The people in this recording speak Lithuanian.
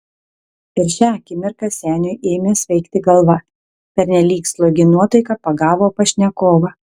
ir šią akimirką seniui ėmė svaigti galva pernelyg slogi nuotaika pagavo pašnekovą